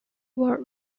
were